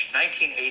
1980